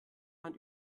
man